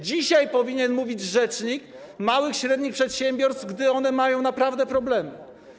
Dzisiaj powinien mówić rzecznik małych, średnich przedsiębiorstw, gdy one mają naprawdę problemy.